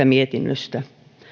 mietinnöstä